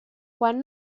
quan